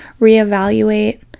reevaluate